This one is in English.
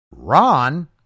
ron